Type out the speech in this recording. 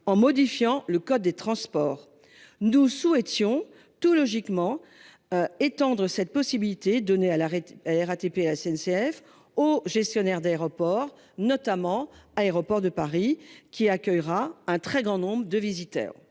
en modifiant le code des transports. Nous souhaitions tout logiquement. Étendre cette possibilité donnée à la RATP, la SNCF aux gestionnaires d'aéroports notamment. Aéroports de Paris qui accueillera un très grand nombre de visiteurs.